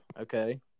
Okay